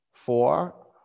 Four